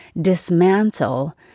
dismantle